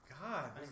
God